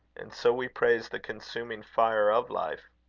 and so we praise the consuming fire of life.